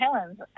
Helens